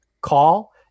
call